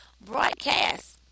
broadcast